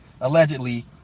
allegedly